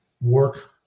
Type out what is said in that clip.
work